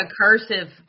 cursive